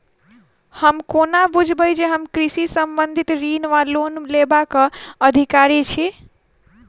हम कोना बुझबै जे हम कृषि संबंधित ऋण वा लोन लेबाक अधिकारी छी?